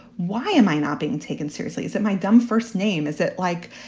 why am i not being taken seriously? is that my dumb first name? is it like.